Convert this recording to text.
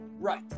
Right